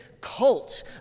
cult